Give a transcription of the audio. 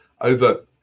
over